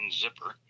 zipper